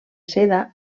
seda